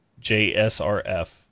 JSRF